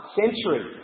century